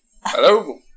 Hello